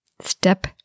Step